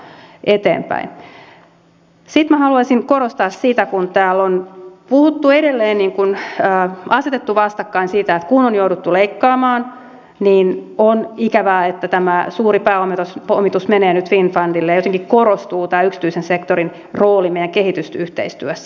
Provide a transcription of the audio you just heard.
sitten minä haluaisin korostaa sitä kun täällä on edelleen asetettu vastakkain sitä että kun on jouduttu leikkaamaan niin on ikävää että tämä suuri pääomitus menee nyt finnfundille ja jotenkin korostuu tämä yksityisen sektorin rooli meidän kehitysyhteistyössä